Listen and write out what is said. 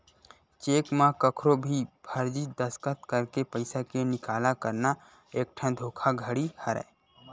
cheque म कखरो भी फरजी दस्कत करके पइसा के निकाला करना एकठन धोखाघड़ी हरय